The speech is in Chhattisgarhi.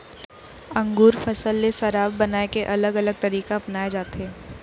अंगुर फसल ले शराब बनाए के अलग अलग तरीका अपनाए जाथे